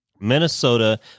Minnesota